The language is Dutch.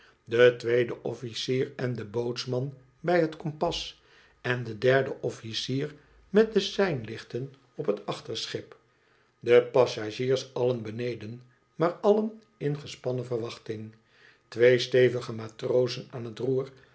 de tweede officier en de bootsman bij het kompas en de derde officier met de sein lichten op het achterschip de passagiers allen beneden maar allen in gespannen verwachting twee stevige matrozen aan het roer